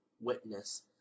witness